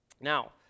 Now